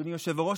אדוני היושב-ראש,